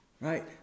right